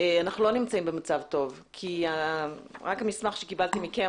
אנחנו לא נמצאים במצב טוב כי רק המסמך שקיבלתי מכם,